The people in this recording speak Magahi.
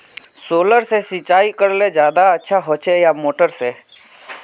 सोलर से सिंचाई करले ज्यादा अच्छा होचे या मोटर से?